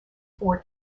four